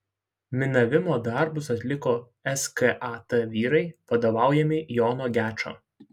minavimo darbus atliko skat vyrai vadovaujami jono gečo